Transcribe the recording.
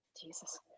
Jesus